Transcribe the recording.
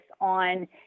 on